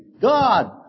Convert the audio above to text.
God